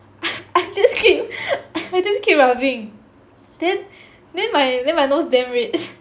I just keep I just keep rubbing then then then my nose damn red